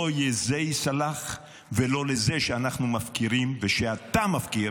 לא זה ייסלח ולא לזה שאנחנו מפקירים ושאתה מפקיר